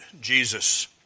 Jesus